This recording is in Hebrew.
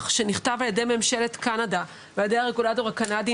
שנכתב על ידי ממשלת קנדה ועל ידי הרגולטור הקנדי,